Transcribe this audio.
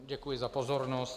Děkuji za pozornost.